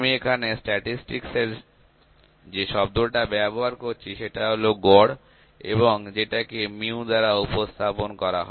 আমি এখানে স্ট্যাটিসটিকস এর যে শব্দটা ব্যবহার করছি সেটা হলো গড় এবং যেটাকে µ দ্বারা উপস্থাপন করা হয়